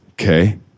Okay